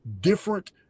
different